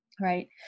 right